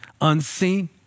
unseen